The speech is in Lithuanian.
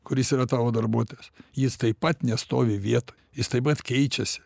kuris yra tavo darbuotojas jis taip pat nestovi vietoj jis taip pat keičiasi